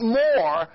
more